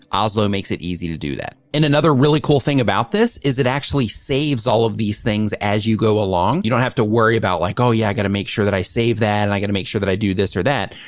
oslo makes it easy to do that. and another really cool thing about this is it actually saves all of these things as you go along. you don't have to worry about like, oh yeah, i got make sure that i save that. and i got to make sure that i do this or that.